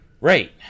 right